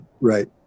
Right